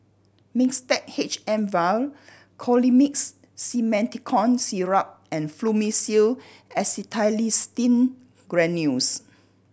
Mixtard H M Vial Colimix Simethicone Syrup and Fluimucil Acetylcysteine Granules